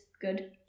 good